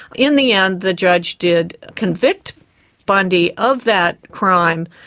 in the end the judge did convict bundy of that crime,